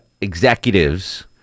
executives